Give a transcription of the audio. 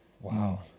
Wow